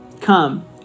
Come